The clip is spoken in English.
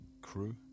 crew